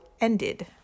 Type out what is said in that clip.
ended